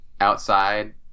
outside